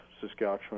Saskatchewan